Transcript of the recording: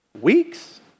Weeks